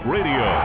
Radio